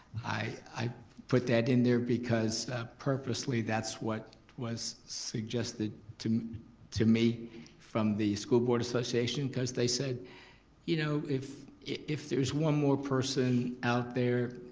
i put that in there because purposely that's what was suggested to to me from the school board association cause they said you know if if there's one more person out there,